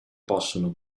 possono